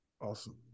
awesome